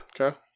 okay